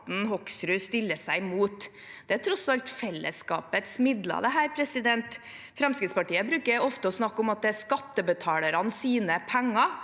Hoksrud stiller seg imot. Det er tross alt fellesskapets midler. Fremskrittspartiet pleier ofte å snakke om at det er skattebetalernes penger.